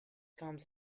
comes